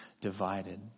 divided